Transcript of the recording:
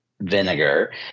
vinegar